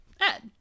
Ed